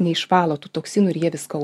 neišvalo tų toksinų ir jie visko